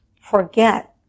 forget